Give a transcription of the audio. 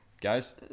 guys